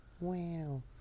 Wow